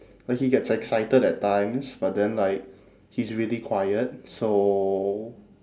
like he gets excited at times but then like he's really quiet so